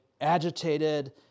agitated